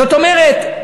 זאת אומרת,